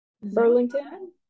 Burlington